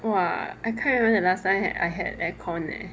!wah! I can't remember the last time I had I had aircon eh